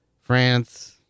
France